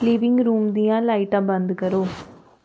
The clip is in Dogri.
लिविंग रूम दियां लाइटां बंद करो